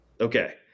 Okay